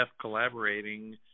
collaborating